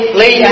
lay